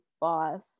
boss